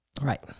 Right